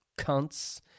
cunts